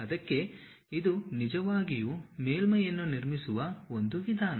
ಅದಕ್ಕೆ ಇದು ನಿಜವಾಗಿಯೂ ಮೇಲ್ಮೈಯನ್ನು ನಿರ್ಮಿಸುವ ಒಂದು ವಿಧಾನ